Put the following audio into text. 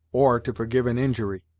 or to forgive an injury.